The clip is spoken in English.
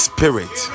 Spirit